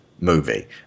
movie